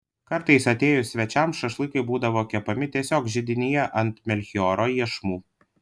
kartais atėjus svečiams šašlykai būdavo kepami tiesiog židinyje ant melchioro iešmų